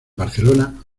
barcelona